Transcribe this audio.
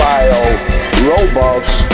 Bio-Robots